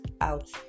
out